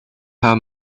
her